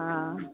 हँ